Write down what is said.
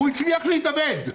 הוא הצליח להתאבד.